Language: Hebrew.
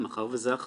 מאחר וזה היה חריג,